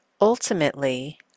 ultimately